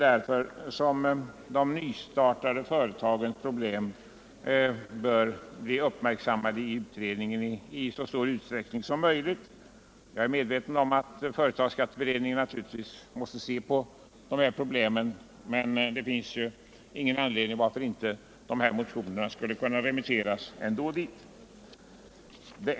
De nystartade företagens problem bör därför bli uppmärksammade i utredningen i så stor utsträckning som möjligt. Jag är medveten om att företagsskatteberedningen naturligtvis måste se på detta problem, men det finns ju ingen anledning till att dessa motioner inte ändå skulle kunna remitteras dit.